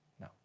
No